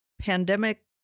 pandemic